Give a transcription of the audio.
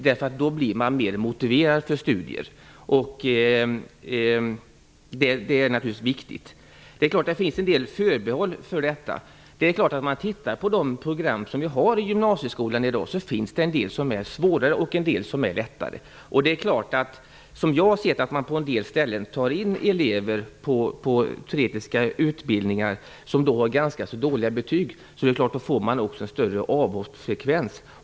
Då blir de mer motiverade för studier, och det är naturligtvis viktigt. Men det finns en del förbehåll. Bland de program som finns i gymnasieskolan i dag finns det en del som är svårare och en del som är lättare. Jag har sett att man ibland har tagit in elever med ganska dåliga betyg på teoretiska utbildningar. Då får man naturligtvis en större avhoppsfrekvens.